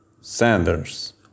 Sanders